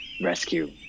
rescue